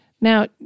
Now